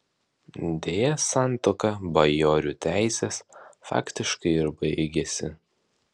deja santuoka bajorių teisės faktiškai ir baigėsi